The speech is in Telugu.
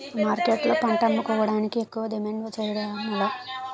మార్కెట్లో పంట అమ్ముకోడానికి ఎక్కువ డిమాండ్ చేయడం ఎలా?